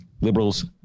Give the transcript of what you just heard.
Liberals